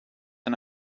and